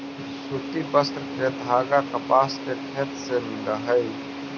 सूति वस्त्र के धागा कपास के खेत से मिलऽ हई